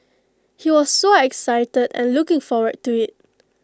he was so excited and looking forward to IT